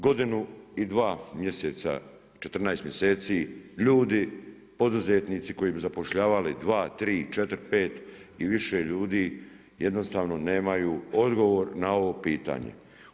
Godinu i 2 mjeseca, 14 mjeseci ljudi, poduzetnici koji bi zapošljavali 2, 3, 4, 5 i više ljudi jednostavno nemaju odgovor na ovo pitanje.